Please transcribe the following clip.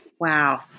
Wow